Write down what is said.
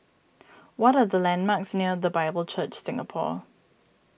what are the landmarks near the Bible Church Singapore